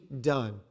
done